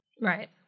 Right